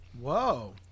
whoa